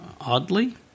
oddly